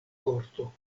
korto